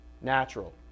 natural